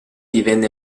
divenne